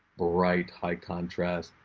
bright high contrast.